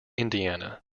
indiana